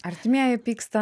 artimieji pyksta